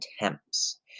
attempts